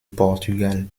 portugal